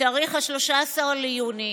ב-13 ביוני